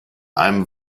einem